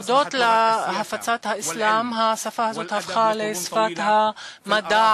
הודות להפצת האסלאם השפה הזאת הפכה לשפת המדע